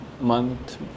month